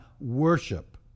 worship